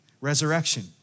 Resurrection